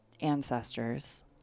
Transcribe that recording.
ancestors